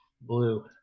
Blue